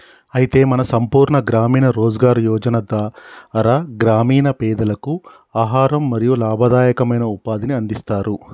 అయితే మన సంపూర్ణ గ్రామీణ రోజ్గార్ యోజన ధార గ్రామీణ పెదలకు ఆహారం మరియు లాభదాయకమైన ఉపాధిని అందిస్తారు